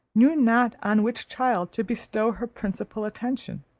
knew not on which child to bestow her principal attention.